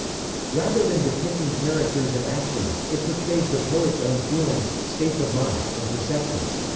rather than depicting characters and actions, it portrays the poet's own feelings, states of mind, and perceptions.